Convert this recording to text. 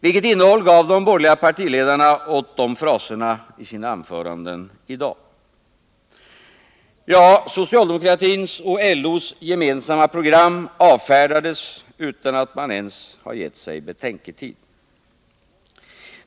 Vilket innehåll gav de borgerliga partiledarna åt de fraserna i sina anföranden i dag? Socialdemokratins och LO:s gemensamma program avfärdas utan att man ens har gett sig betänketid.